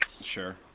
Sure